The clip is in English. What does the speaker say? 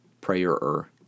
Prayer-er